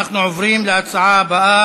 נעבור להצעות לסדר-היום בנושא: